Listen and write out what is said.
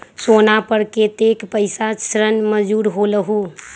सोना पर कतेक पैसा ऋण मंजूर होलहु?